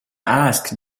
ask